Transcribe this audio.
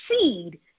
seed